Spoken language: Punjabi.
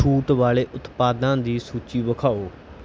ਛੂਟ ਵਾਲੇ ਉਤਪਾਦਾਂ ਦੀ ਸੂਚੀ ਵਿਖਾਉ